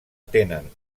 tenen